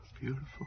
beautiful